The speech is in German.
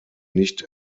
nicht